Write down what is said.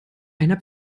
einer